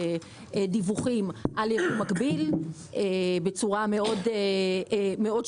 דיווחים על ייבוא מקביל בצורה מאוד שגרתית.